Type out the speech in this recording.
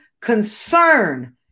concern